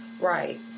Right